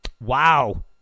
Wow